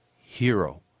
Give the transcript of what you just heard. hero